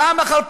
פעם אחר פעם,